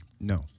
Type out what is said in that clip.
No